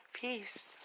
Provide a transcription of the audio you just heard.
Peace